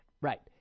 Right